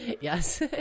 Yes